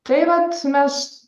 tai vat mes